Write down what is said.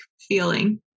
feeling